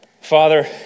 Father